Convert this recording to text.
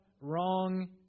wrong